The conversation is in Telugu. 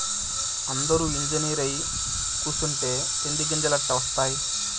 అందురూ ఇంజనీరై కూసుంటే తిండి గింజలెట్టా ఒస్తాయి